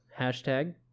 hashtag